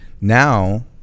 now